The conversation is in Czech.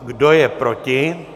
Kdo je proti?